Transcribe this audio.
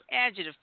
Adjective